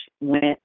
went